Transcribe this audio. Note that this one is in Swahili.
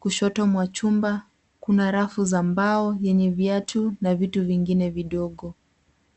kushoto mwa chumba kuna rafu za mbao yenye viatu na vitu vingine vidogo.